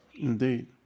Indeed